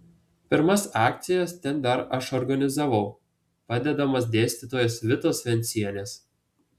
pirmas akcijas ten dar aš organizavau padedamas dėstytojos vitos vencienės